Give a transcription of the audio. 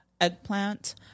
eggplant